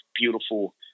beautiful